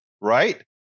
right